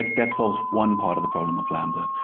that solves one part of the problem of lambda.